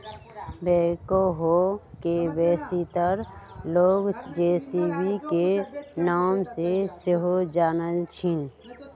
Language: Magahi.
बैकहो के बेशीतर लोग जे.सी.बी के नाम से सेहो जानइ छिन्ह